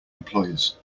employers